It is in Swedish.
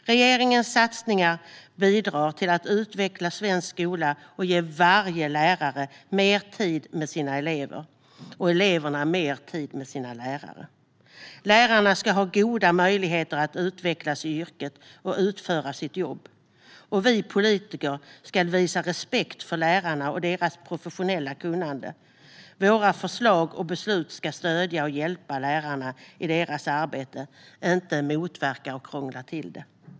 Regeringens satsningar bidrar till att utveckla svensk skola och ger varje lärare mer tid med sina elever och eleverna mer tid med sina lärare. Lärarna ska ha goda möjligheter att utvecklas i yrket och utföra sitt jobb, och vi politiker ska visa respekt för lärarna och deras professionella kunnande. Våra förslag och beslut ska stödja och hjälpa lärarna i deras arbete, inte motverka och krångla till det.